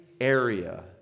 area